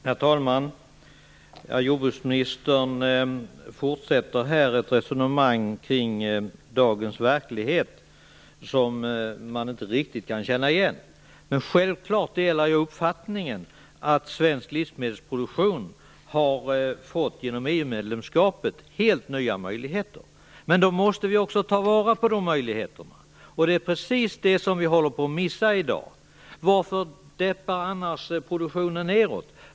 Herr talman! Jordbruksministern fortsätter ett resonemang kring dagens verklighet som man inte riktigt kan känna igen. Självklart delar jag uppfattningen att svensk livsmedelsproduktion genom EU medlemskapet har fått helt nya möjligheter. Då måste vi också ta vara på de möjligheterna. Det är precis det som vi håller på att missa i dag. Varför pekar annars produktionen nedåt?